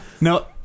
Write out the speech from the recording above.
no